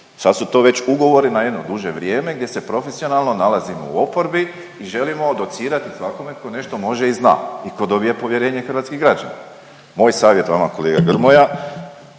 sad su to već ugovori na jedno duže vrijeme gdje se profesionalno nalazimo u oporbi i želimo docirati svakome tko nešto može i zna i tko dobije povjerenje hrvatskih građana. Moj savjet vama kolega Grmoja